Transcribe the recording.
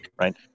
right